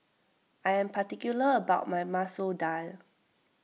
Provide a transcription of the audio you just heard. I am particular about my Masoor Dal